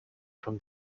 from